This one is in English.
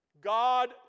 God